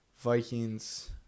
Vikings